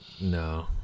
No